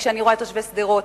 וכשאני רואה את תושבי שדרות,